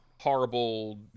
horrible